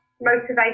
motivation